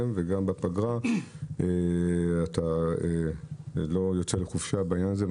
וגם לפגרה אתה לא יוצא לחופשה בעניין הזה,